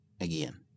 Again